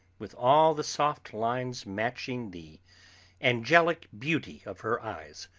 with all the soft lines matching the angelic beauty of her eyes.